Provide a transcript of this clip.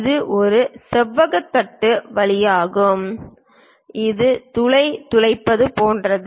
இது ஒரு செவ்வக தட்டு வழியாக ஒரு துளை துளைப்பது போன்றது